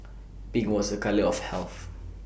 pink was A colour of health